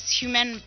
human